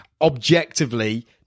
objectively